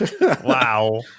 Wow